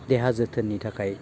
देहा जोथोननि थाखाय